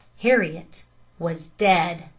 heriot was dead!